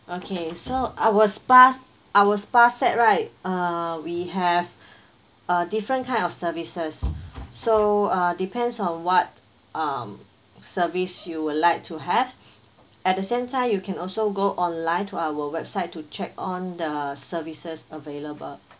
okay so our spas our spa set right uh we have uh different kind of services so uh depends on what um service you would like to have at the same time you can also go online to our website to check on the services available